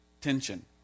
tension